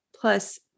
plus